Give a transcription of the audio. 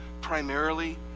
primarily